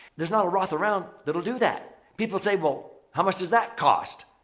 there's not a roth around that'll do that. people say, well, how much does that cost?